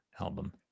album